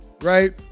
right